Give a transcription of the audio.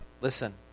Listen